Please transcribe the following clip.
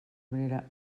manera